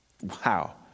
Wow